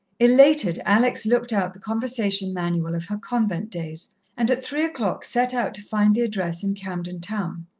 elated, alex looked out the conversation manual of her convent days, and at three o'clock set out to find the address in camden town.